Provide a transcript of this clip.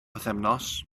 pythefnos